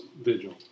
vigil